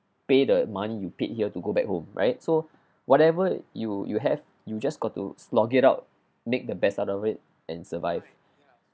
pay the money you paid here to go back home right so whatever you you have you just got to slog it out make the best out of it and survive